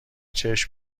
چشم